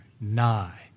nigh